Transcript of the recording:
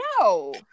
no